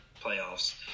playoffs